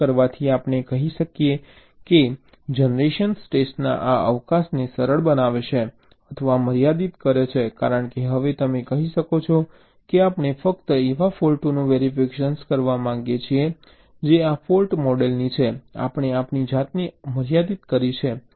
આમ કરવાથી આપણે કહી શકીએ કે જનરેશન ટેસ્ટના આ અવકાશને સરળ બનાવે છે અથવા મર્યાદિત કરે છે કારણ કે હવે તમે કહી શકો છો કે આપણે ફક્ત એવા ફૉલ્ટોનું વેરિફિકેશન કરવા માંગીએ છીએ જે આ ફોલ્ટ મોડેલની છે આપણે આપણી જાતને મર્યાદિત કરી છે